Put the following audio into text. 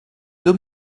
deux